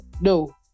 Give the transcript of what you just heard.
No